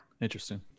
Interesting